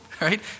Right